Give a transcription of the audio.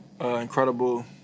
incredible